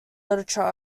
literature